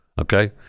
Okay